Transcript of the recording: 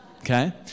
Okay